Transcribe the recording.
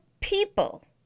people